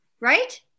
right